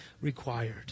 required